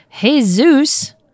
jesus